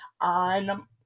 on